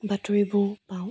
বাতৰিবোৰ পাওঁ